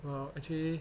well actually